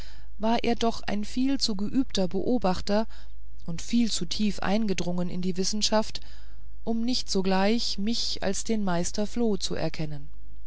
war er doch ein viel zu geübter beobachter und viel zu tief eingedrungen in die wissenschaft um nicht sogleich mich als den meister floh zu erkennen